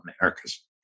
Americas